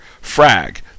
Frag